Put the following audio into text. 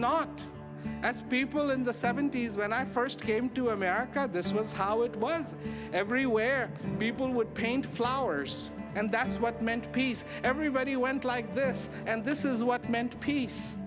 not as people in the seventies when i first came to america this was how it was everywhere people would paint flowers and that's what meant peace everybody went like this and this is what it meant peace